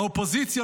האופוזיציה,